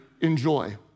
enjoy